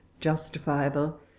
justifiable